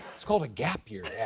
it's called a gap year, yeah